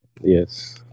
Yes